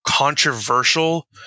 controversial